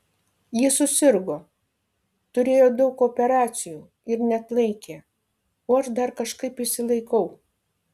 ji susirgo turėjo daug operacijų ir neatlaikė o aš dar kažkaip išsilaikau